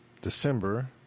December